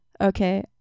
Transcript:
Okay